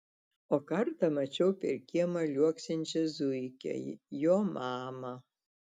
o kartą mačiau per kiemą liuoksinčią zuikę jo mamą